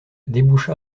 déboucha